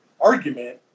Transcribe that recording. argument